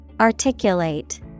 Articulate